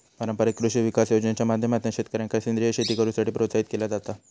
पारंपारिक कृषी विकास योजनेच्या माध्यमातना शेतकऱ्यांका सेंद्रीय शेती करुसाठी प्रोत्साहित केला जाता